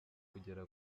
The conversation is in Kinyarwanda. kugera